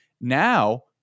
Now